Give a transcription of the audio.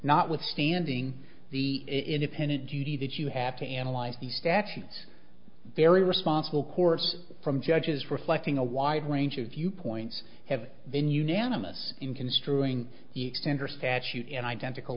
notwithstanding the independent duty that you have to analyze the statutes very responsible course from judges reflecting a wide range of viewpoints have been unanimous in construing the center statute in identical